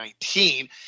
2019